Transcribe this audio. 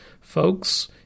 Folks